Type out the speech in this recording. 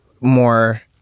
more